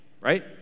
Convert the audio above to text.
right